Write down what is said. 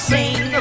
Sing